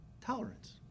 tolerance